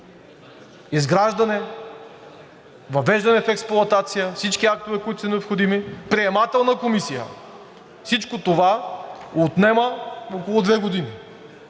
изграждане, въвеждане в експлоатация, всички актове, които са необходими, приемателна комисия. Всичко това отнема около две години.